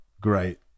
great